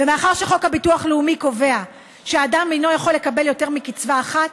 ומאחר שחוק הביטוח הלאומי קובע שאדם אינו יכול לקבל יותר מקצבה אחת,